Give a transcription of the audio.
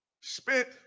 spent